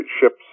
ships